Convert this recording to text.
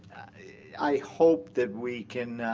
i hope that we can